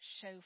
show